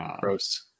Gross